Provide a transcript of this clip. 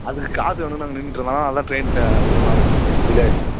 அதுக்கு காசு வேணுன்னு அங்கே நின்றுட்ருந்தான் அதான் ட்ரெயின்கிட்ட இவ்வளவு நேரம் ஆச்சு டிலேயாட்ச்சு